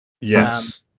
Yes